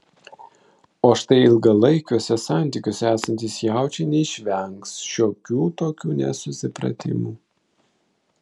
o štai ilgalaikiuose santykiuose esantys jaučiai neišvengs šiokių tokių nesusipratimų